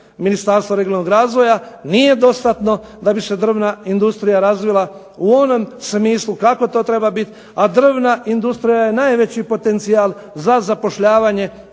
Ministarstva regionalnog razvoja nije dostatno da bi se drvna industrija razvija u onom smislu kako to treba biti. A drvna industrija je najveći potencijal za zapošljavanje